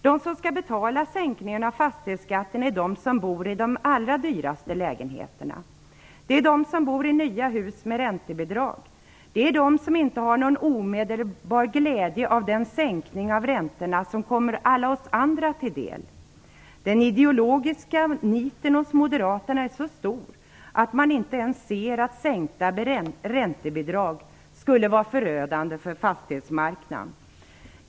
De som skall betala sänkningen av fastighetsskatten är de som bor i de allra dyraste lägenheterna. Det är de som bor i nya hus med räntebidrag. Det är de som inte har någon omedelbar glädje av den sänkning av räntorna som kommer oss andra till del. Den ideologiska niten hos Moderaterna är så stor att man inte ens ser att sänkta räntebidrag skulle vara förödande för fastighetsmarknaden.